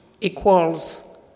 equals